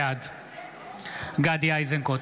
בעד גדי איזנקוט,